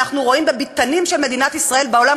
אנחנו רואים בביתנים של מדינת ישראל בעולם,